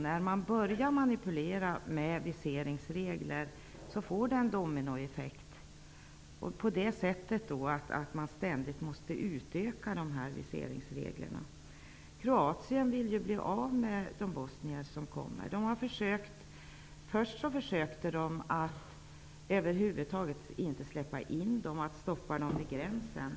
När man börjar manipulera med viseringsregler får det en dominoeffekt. Man måste nämligen ständigt utöka viseringsreglerna. Kroatien vill bli av med de bosnier som kommer. Först försökte man med att över huvud taget inte släppa in bosnier utan att stoppa dem vid gränsen.